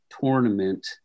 tournament